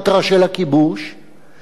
מחייב מבחינת השמאל תקיפה חזיתית.